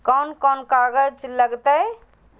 कौन कौन कागज लग तय?